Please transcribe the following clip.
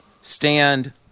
stand